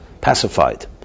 pacified